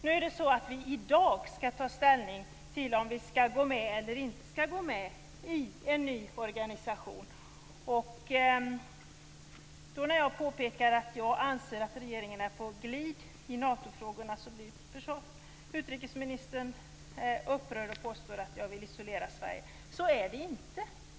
I dag skall vi ta ställning till om vi skall gå med eller inte i en ny organisation. När jag påpekar att jag anser att regeringen är på glid i Natofrågorna, blir utrikesministern upprörd och påstår att jag vill isolera Sverige. Så är det inte.